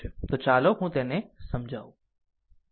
તો ચાલો હું તેને સમજાવું ખરું